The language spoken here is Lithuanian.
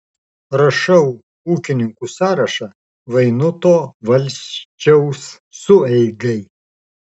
rašau ūkininkų sąrašą vainuto valsčiaus sueigai